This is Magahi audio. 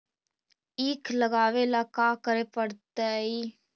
ईख लगावे ला का का करे पड़तैई?